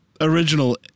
original